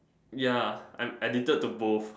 ya I am addicted to both